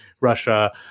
Russia